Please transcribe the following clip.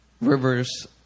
rivers